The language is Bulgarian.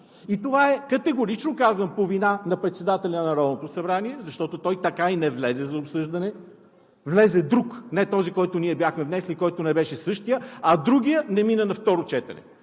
И това е, категорично казвам, по вина на председателя на Народното събрание, защото Законопроектът така и не влезе за обсъждане. Влезе друг, не този, който ние бяхме внесли, който не беше същият, а другият не мина на второ четене.